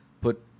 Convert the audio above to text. put